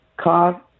car